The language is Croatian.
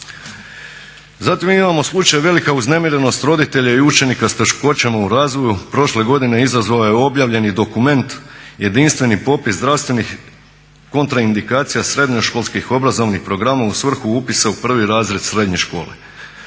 Zatim mi imamo slučaj velika uznemirenost roditelja i učenika s teškoćama u razvoju, prošle godine izazvao je objavljeni dokument jedinstveni popis zdravstvenih kontraindikacija srednjoškolskih obrazovnih programa u svrhu upisa u 1. razred srednje škole.